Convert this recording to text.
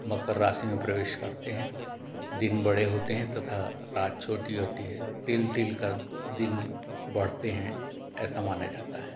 मकर राशि में प्रवेश करते हैं दिन बड़े होते हैं तथा रात छोटी होती है तिल तिल कर दिन बढ़ते हैं ऐसा माना जाता है